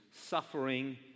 suffering